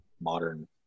modern